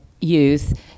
youth